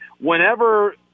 whenever